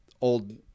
old